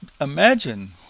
imagine